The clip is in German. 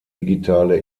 digitale